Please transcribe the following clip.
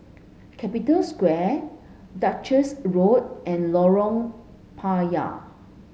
Capital Square Duchess Road and Lorong Payah